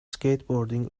skateboarding